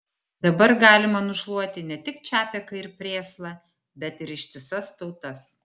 dabar galima nušluoti ne tik čapeką ir prėslą bet ir ištisas tautas